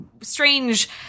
strange